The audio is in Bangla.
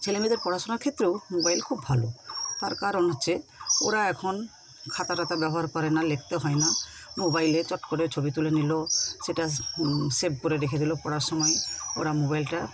ছেলে মেয়েদের পড়াশুনার ক্ষেত্রেও মোবাইল খুব ভালো তার কারণ হচ্ছে ওরা এখন খাতা টাতা ব্যবহার করেনা লিখতে হয় না মোবাইলে চট করে ছবি তুলে নিল সেটা সেভ করে রেখে দিলো পড়ার সময় ওরা মোবাইলটা